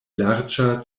larĝa